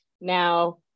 now